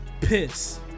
piss